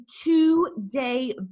two-day